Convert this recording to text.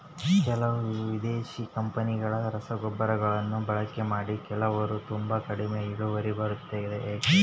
ಕೆಲವು ವಿದೇಶಿ ಕಂಪನಿಗಳ ರಸಗೊಬ್ಬರಗಳನ್ನು ಬಳಕೆ ಮಾಡಿ ಕೆಲವರು ತುಂಬಾ ಕಡಿಮೆ ಇಳುವರಿ ಬರುತ್ತೆ ಯಾಕೆ?